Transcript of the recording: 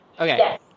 okay